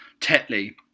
Tetley